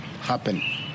happen